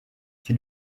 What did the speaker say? qui